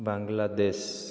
Bangladesh